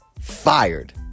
fired